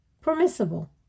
permissible